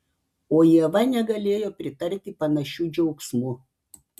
o ieva negalėjo pritarti panašiu džiaugsmu